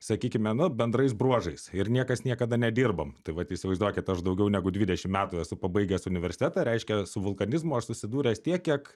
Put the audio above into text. sakykime na bendrais bruožais ir niekas niekada nedirbam tai vat įsivaizduokit aš daugiau negu dvidešim metų esu pabaigęs universitetą reiškia su vulkanizmu aš susidūręs tiek kiek